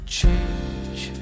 change